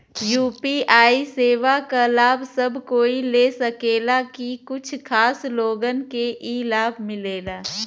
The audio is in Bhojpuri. यू.पी.आई सेवा क लाभ सब कोई ले सकेला की कुछ खास लोगन के ई लाभ मिलेला?